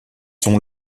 sont